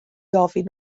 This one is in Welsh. ofyn